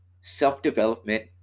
Self-development